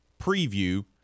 preview